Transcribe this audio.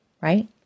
right